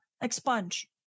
expunge